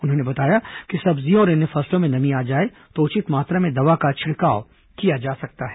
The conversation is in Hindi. उन्होंने बताया कि सब्जियों और अन्य फसलों में नमी आ जाए तो उचित मात्रा में दवा का छिड़काव किया जा सकता है